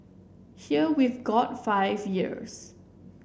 here we've got five years